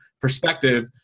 perspective